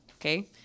Okay